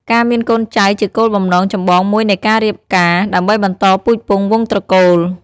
ការមានកូនចៅជាគោលបំណងចម្បងមួយនៃការរៀបការ ដើម្បីបន្តពូជពង្សវង្សត្រកូល។